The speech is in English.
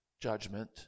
judgment